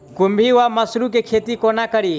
खुम्भी वा मसरू केँ खेती कोना कड़ी?